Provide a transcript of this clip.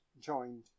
joined